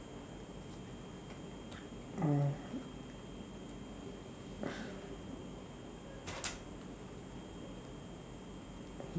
uh